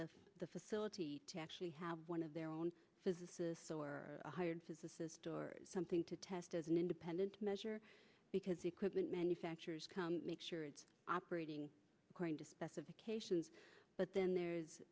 into the facility to actually have one of their own physicists or a hired physicist or something to test as an independent measure because equipment manufacturers make sure it's operating according to specifications but then there's